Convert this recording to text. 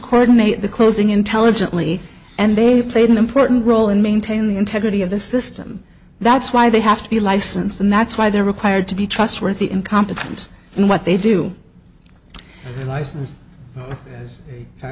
coordinate the closing intelligently and they played an important role in maintaining the integrity of the system that's why they have to be licensed and that's why they're required to be trustworthy incompetent and what they do license